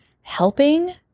helping